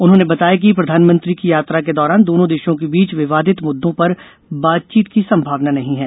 उन्होंने बताया कि प्रधानमंत्री की यात्रा के दौरान दोनों देशों के बीच विवादित मुद्दों पर बातचीत की संभावना नहीं है